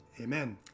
Amen